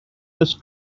was